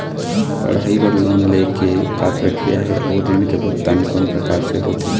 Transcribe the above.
पढ़ई बर लोन ले के का प्रक्रिया हे, अउ ऋण के भुगतान कोन प्रकार से होथे?